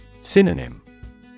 Synonym